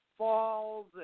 Falls